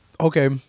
Okay